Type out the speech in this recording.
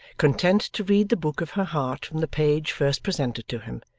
content to read the book of her heart from the page first presented to him,